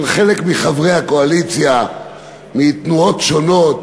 חלק מחברי הקואליציה מתנועות שונות,